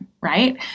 right